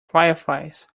fireflies